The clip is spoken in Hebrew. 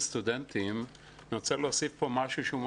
סטודנט ולקחת את הנושאים האלה ממש לתשומת